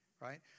right